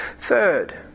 Third